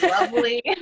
Lovely